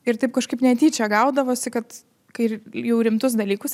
ir taip kažkaip netyčia gaudavosi kad kai jau rimtus dalykus